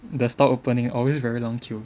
the store opening always very long queue